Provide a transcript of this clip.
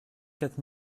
quatre